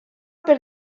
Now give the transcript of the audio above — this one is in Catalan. per